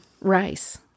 rice